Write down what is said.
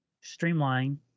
streamline